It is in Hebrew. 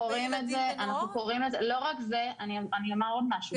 לא רק זה, אני אומר עוד משהו.